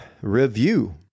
review